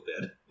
Dead